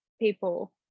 people